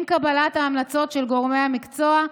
עם קבלת ההמלצות של גורמי המקצוע,